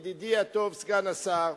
ידידי הטוב סגן השר,